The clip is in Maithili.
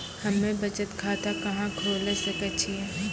हम्मे बचत खाता कहां खोले सकै छियै?